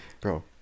Bro